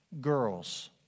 girls